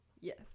Yes